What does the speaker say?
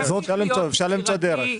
אפשר למצוא דרך.